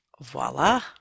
voila